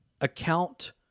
account